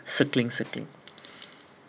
circling circling